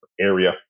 area